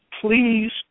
please